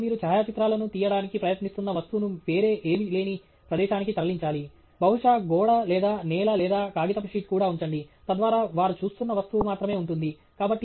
కాబట్టి మీరు ఛాయాచిత్రాలను తీయడానికి ప్రయత్నిస్తున్న వస్తువును వేరే ఏమీ లేని ప్రదేశానికి తరలించాలి బహుశా గోడ లేదా నేల లేదా కాగితపు షీట్ కూడా ఉంచండి తద్వారా వారు చూస్తున్న వస్తువు మాత్రమే ఉంటుంది